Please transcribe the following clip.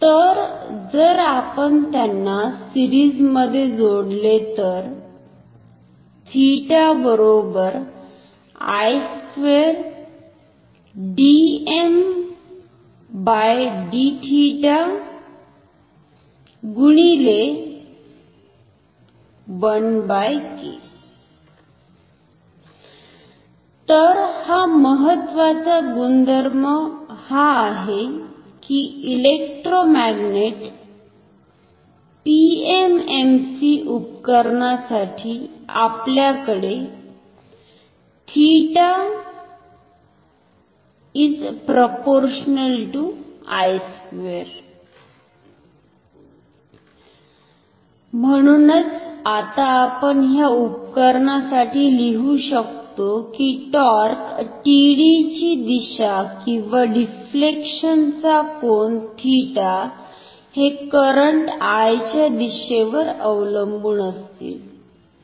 तर जर आपण त्यांना सिरीज मध्ये जोडले तर तर महत्वाचा गुणधर्म हा आहे की इलेक्ट्रोमॅग्नेट PMMC उपकरणासाठीआपल्याकडे म्हणूनच आता आपण ह्या उपकरणासाठी लिहु शकतो की टॉर्क TD ची दिशा किंवा डिफलेक्शन चा कोन θ हे करंट च्या दिशेवर अवलंबुन असतील